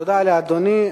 תודה לאדוני.